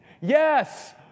Yes